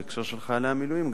בהקשר של חיילי מילואים,